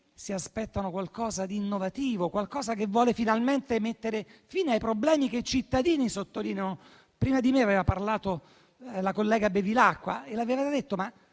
si aspettano qualcosa di innovativo, qualcosa che vuole finalmente mettere fine ai problemi dei cittadini. Prima di me ha parlato la collega Bevilacqua, che vi